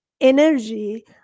energy